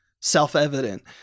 self-evident